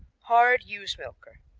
hard ewe's-milker.